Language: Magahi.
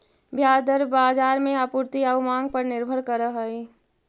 ब्याज दर बाजार में आपूर्ति आउ मांग पर निर्भर करऽ हइ